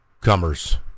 comers